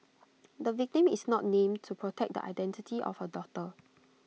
the victim is not named to protect the identity of her daughter